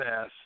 ass